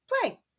play